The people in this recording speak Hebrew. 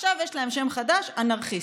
עכשיו יש להם שם חדש: "אנרכיסטים".